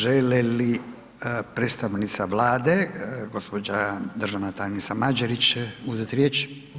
Žele li predstavnica Vlade gospođa državna tajnica Mađerić uzeti riječ?